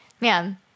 man